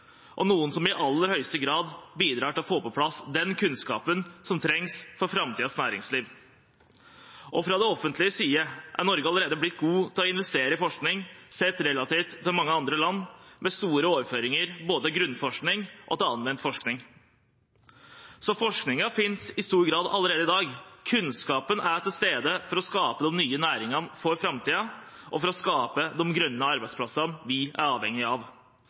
og noen som i aller høyeste grad bidrar til å få på plass den kunnskapen som trengs for framtidens næringsliv. Fra det offentliges side er Norge allerede blitt gode på å investere i forskning, sett relativt til mange andre land, med store overføringer til både grunnforskning og anvendt forskning. Så forskningen finnes i stor grad allerede i dag. Kunnskapen er til stede for å skape de nye næringene for framtiden og for å skape de grønne arbeidsplassene vi er avhengige av.